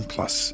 Plus